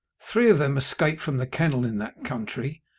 three of them escaped from the kennel in that country,